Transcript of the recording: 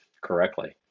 correctly